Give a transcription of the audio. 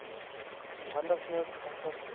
اور وَندَس منٛز ہسا چھُ